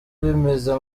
bimeze